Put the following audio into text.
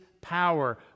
power